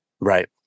right